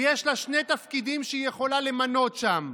ויש לה שני תפקידים שהיא יכולה למנות שם: